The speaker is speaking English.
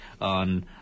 on